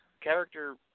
character